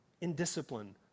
indiscipline